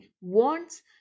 wants